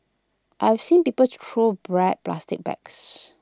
I've seen people throw bread plastic bags